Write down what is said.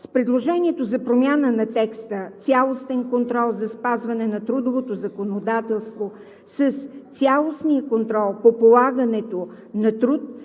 С предложението за промяна на текста – „Цялостен контрол за спазването на трудовото законодателство“, с цялостния контрол по полагането на труд